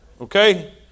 Okay